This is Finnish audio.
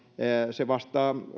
se vastaa